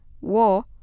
war